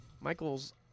Michael's